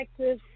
Texas